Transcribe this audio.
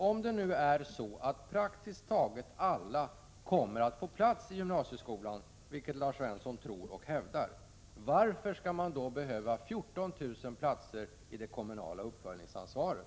Om nu praktiskt taget alla kommer att få plats i gymnasieskolan, vilket Lars Svensson tror och hävdar, varför skall man då behöva 14 000 platser i det kommunala uppföljningsansvaret?